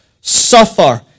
Suffer